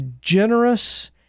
generous